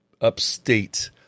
Upstate